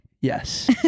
Yes